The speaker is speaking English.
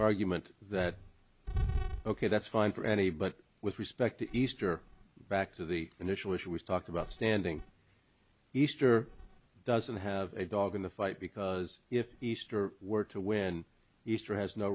argument that ok that's fine for any but with respect to easter back to the initial issue we talked about standing easter doesn't have a dog in the fight because if easter were to win easter has no